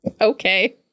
okay